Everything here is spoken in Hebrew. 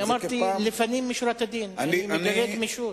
אני אמרתי, לפנים משורת הדין אני מגלה גמישות.